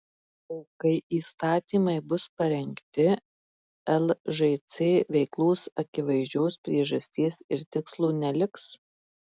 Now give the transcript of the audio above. o kai įstatymai bus parengti lžc veiklos akivaizdžios priežasties ir tikslo neliks